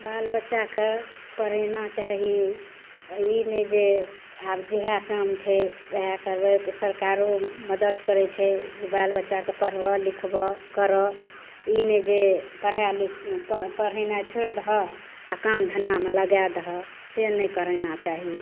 बाल बच्चाके पढ़ाना चाही आओर ई नहि जे आब जएह काम छै वएह करय सरकारो मदद करय छै जे बाल बच्चाके पढ़बऽ लिखबऽ करऽ ई नहि जे पढ़ाय पढ़ेनाय छोड़ि दहऽ आओर काम धन्धामे लगाय दहऽ से नहि करना चाही